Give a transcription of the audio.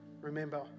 remember